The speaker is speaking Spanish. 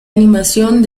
animación